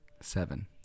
Seven